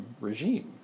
regime